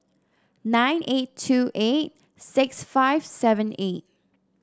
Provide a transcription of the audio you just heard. nine eight two eight six five seven eight